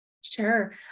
Sure